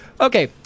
Okay